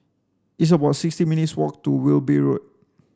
it's about sixty minutes' walk to Wilby Road